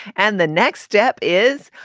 and the next step is,